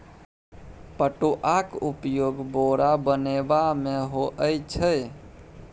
पटुआक उपयोग बोरा बनेबामे होए छै